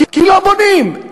כי לא בונים.